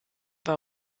war